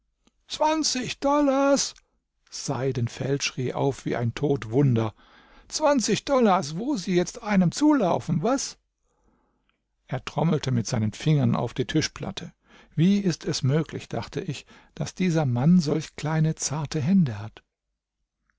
zwanzig dollars seidenfeld schrie auf wie ein todwunder zwanzig dollars wo sie jetzt einem zulaufen was er trommelte mit seinen fingern auf die tischplatte wie ist es möglich dachte ich daß dieser mensch solche kleine zarte hände hat